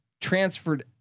transferred